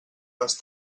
les